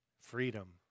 freedom